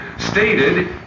stated